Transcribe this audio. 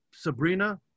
Sabrina